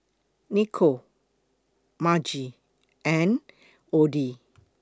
Nikole Margie and Odie